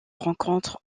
rencontre